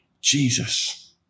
Jesus